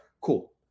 Cool